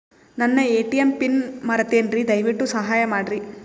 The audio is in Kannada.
ನನ್ನ ಎ.ಟಿ.ಎಂ ಪಿನ್ ಮರೆತೇನ್ರೀ, ದಯವಿಟ್ಟು ಸಹಾಯ ಮಾಡ್ರಿ